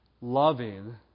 loving